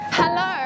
Hello